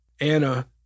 Anna